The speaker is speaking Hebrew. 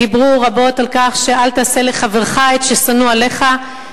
דיברו רבות על "אל תעשה לחברך את ששנוא עליך",